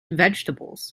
vegetables